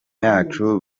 yacu